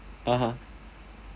(uh huh)